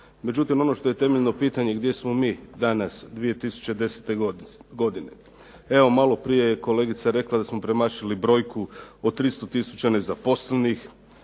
Međutim, ono što je temeljno pitanje gdje smo mi danas 2010. godine? Evo malo prije je kolegica rekla da smo premašili brojku od 300000 nezaposlenih.